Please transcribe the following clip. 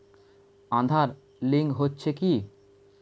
Aadhaar link হচ্ছে কি?